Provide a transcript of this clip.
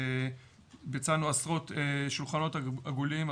עשרות שולחנות עגולים,